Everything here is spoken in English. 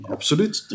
Absoluut